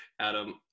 Adam